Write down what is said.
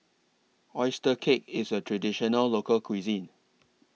Oyster Cake IS A Traditional Local Cuisine